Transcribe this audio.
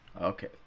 Okay